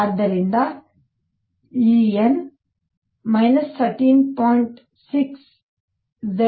ಆದ್ದರಿಂದ En 13